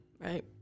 Right